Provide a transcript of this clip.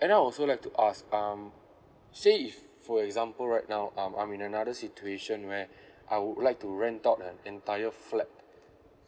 and I also like to ask um say if for example right now um I'm in another situation where I would like to rent out the entire flat